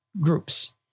groups